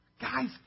Guys